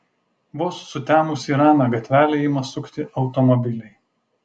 vos sutemus į ramią gatvelę ima sukti automobiliai